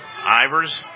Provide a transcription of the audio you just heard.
Ivers